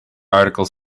articles